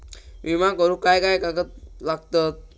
विमा करुक काय काय कागद लागतत?